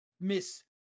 Miss